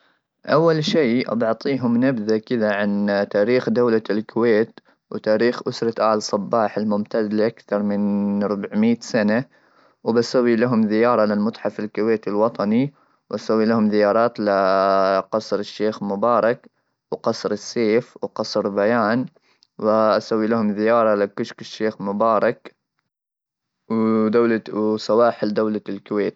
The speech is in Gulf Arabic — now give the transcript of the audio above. اول شيء ابي اعطيهم نبذه كذا عن تاريخ دوله الكويت ,وتاريخ اسره ال صباح الممتاز لاكثر من ربعميت سنه, وبسوي لهم زياره للمتحف الكويتي الوطني ,واسوي لهم زيارات لقصر الشيخ مبارك وقصر السيف وقصر بيان ,واسوي لهم زياره لكشك الشيخ مبارك ودوله سواحل دوله.